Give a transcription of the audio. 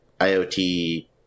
IoT